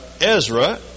Ezra